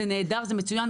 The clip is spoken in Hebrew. זה נהדר וזה מצוין,